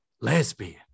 Lesbian